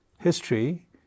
history